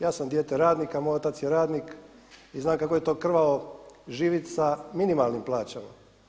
Ja sam dijete radnika, moj otac je radnik i znam kako je to krvavo živjeti sa minimalnim plaćama.